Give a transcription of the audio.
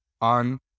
On